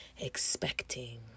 expecting